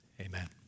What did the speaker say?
Amen